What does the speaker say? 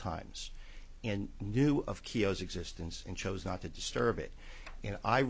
times and knew of chios existence and chose not to disturb it you know i